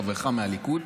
חברך מהליכוד,